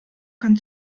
kann